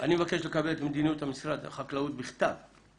אני מבקש לקבל לוועדה את מדיניות משרד החקלאות בכתב